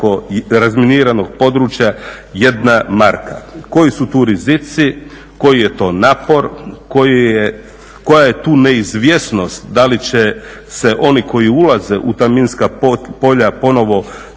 Koji su tu rizici, koji je to napor, koja je tu neizvjesnost da li će se oni koji ulaze u ta minska polja ponovo